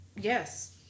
Yes